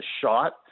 shot